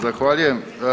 Zahvaljujem.